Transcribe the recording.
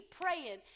praying